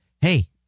hey